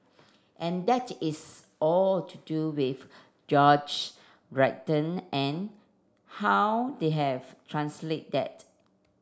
and that is all to do with George written and how they have translate that